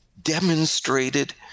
demonstrated